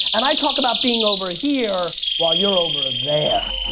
and i talk about being over here while you're over ah there.